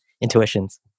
intuitions